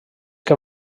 que